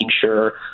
sure